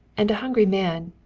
and a hungry man,